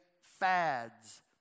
fads